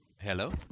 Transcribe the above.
Hello